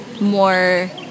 more